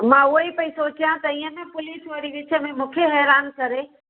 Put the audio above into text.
मां उहोई पई सोचियां त ईअं न पुलिस वरी विच में मूंखे हैरान करे